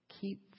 keep